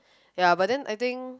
ya but then I think